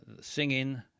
Singing